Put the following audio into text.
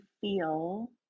feel